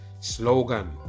Slogan